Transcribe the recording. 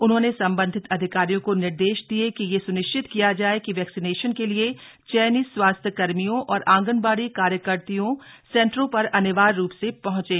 उन्होंने संबंधित अधिकारियों को निर्देश दिये कि यह स्निश्चित किया जाए कि वैक्सीनेशन के लिए चयनित स्वास्थ्यकर्मियों और ंगनबाड़ी कार्यकत्रियां सेंटरों पर अनिवार्य रूप से पहंचे